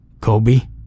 Kobe